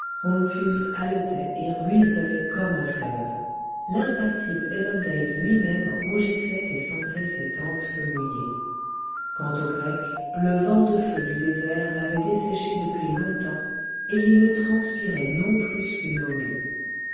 haletait et ruisselait comme un fleuve l'impassible evandale lui même rougissait et sentait ses tempes se mouiller quant au grec le vent de feu du désert l'avait desséché depuis longtemps et il ne transpirait non plus qu'une momie